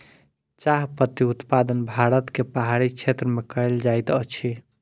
चाह पत्ती उत्पादन भारत के पहाड़ी क्षेत्र में कयल जाइत अछि